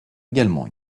également